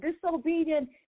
disobedient